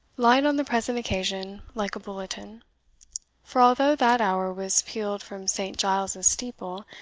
lied on the present occasion like a bulletin for although that hour was pealed from saint giles's steeple,